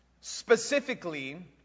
specifically